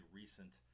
recent